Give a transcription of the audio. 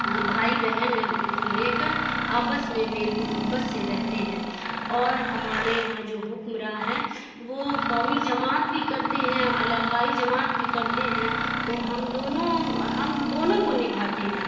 ہم بھائی بہن ہیں ان کو لے کر آپس میں میل محبت سے رہتے ہیں اور ہمارے یہاں جو حکمراں ہیں وہ قومی جماعت بھی کرتے ہیں اور علاقائی جماعت بھی کرتے ہیں تو ہم دونوں ہم دونوں کو نبھاتے ہیں